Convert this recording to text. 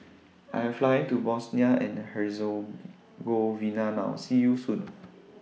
I Am Flying to Bosnia and Herzegovina now See YOU Soon